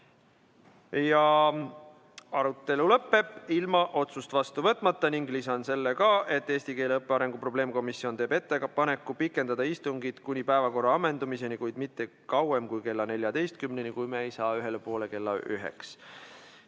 Arutelu lõpeb ilma otsust vastu võtmata. Ning lisan selle ka, et eesti keele õppe arengu probleemkomisjon teeb ettepaneku pikendada istungit kuni päevakorra ammendumiseni, kuid mitte kauem kui kella 14‑ni, kui me ei saa ühele poole kella